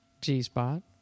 G-Spot